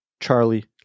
Charlie